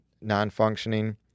non-functioning